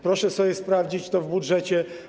Proszę sobie sprawdzić to w budżecie.